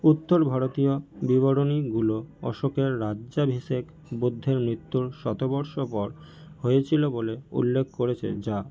উত্তর ভারতীয় বিবরণীগুলো অশোকের রাজ্যাভিষেক বুদ্ধের মৃত্যুর শতবর্ষ পর হয়েছিল বলে উল্লেখ করেছে যা